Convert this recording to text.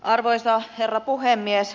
arvoisa herra puhemies